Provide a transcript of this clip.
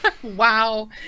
Wow